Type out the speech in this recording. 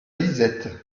lisette